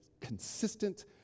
consistent